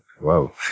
Whoa